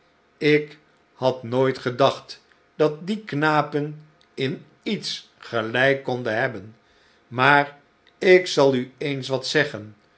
ik had nooit gedachtdat die knapen in iets gelijk konden hebben maar ik zal u eens wat zeggen